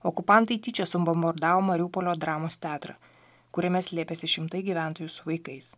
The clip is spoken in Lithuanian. okupantai tyčia subombardavo mariupolio dramos teatrą kuriame slėpėsi šimtai gyventojų su vaikais